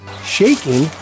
shaking